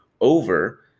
over